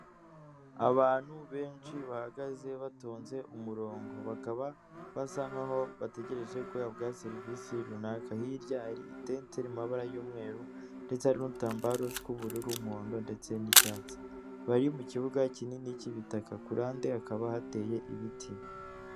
Abantu benshi bahagaze batonze umurongo bakaba basa nkaho bategereje guhabwa serivisi runaka, hirya hari itente mu mabara y'umweru ndetse hari n'udutambaro tw'ubururu, umuhondo ndetse n'icyatsi bari mu kibuga kinini cy'ibitaka ku ruhande hakaba hateye ibiti.